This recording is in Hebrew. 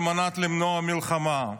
על מנת למנוע מלחמה.